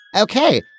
Okay